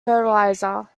fertilizer